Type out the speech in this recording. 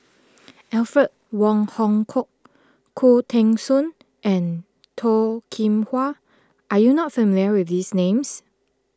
Alfred Wong Hong Kwok Khoo Teng Soon and Toh Kim Hwa are you not familiar with these names